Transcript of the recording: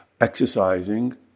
exercising